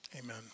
amen